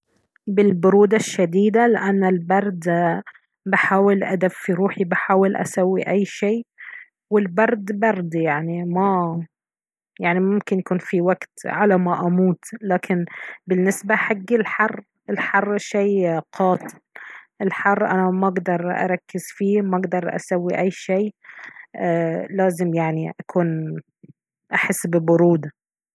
بالبرودة الشديدة لأنه البرد بحاول أدفي روحي بحاول أسوي أي شي والبرد برد يعني ما يعني ممكن يكون في وقت على ما أموت لكن بالنسبة حقي الحر الحر شي قاتل الحر أنا ما اقدر أركز فيه ما اقدر أسوي أي شي ايه لازم يعني أكون أحس ببرودة